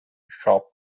shop